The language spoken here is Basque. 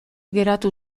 geratu